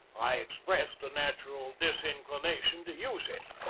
i ex pressed a natural disinclination to use it.